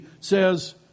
says